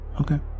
Okay